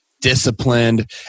disciplined